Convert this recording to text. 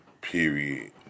Period